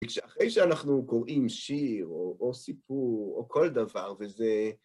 אחרי שאנחנו קוראים שיר, או סיפור, או כל דבר, וזה...